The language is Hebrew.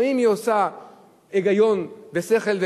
לפעמים היא עושה היגיון ושכל,